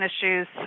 issues